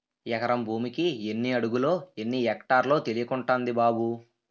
ఎకరం భూమికి ఎన్ని అడుగులో, ఎన్ని ఎక్టార్లో తెలియకుంటంది బాబూ